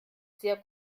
sehr